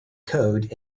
code